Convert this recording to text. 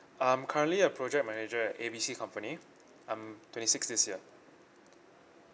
I'm currently a project manager at A B C company I'm twenty six this year